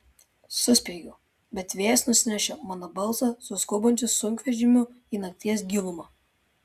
suspiegiau bet vėjas nusinešė mano balsą su skubančiu sunkvežimiu į nakties gilumą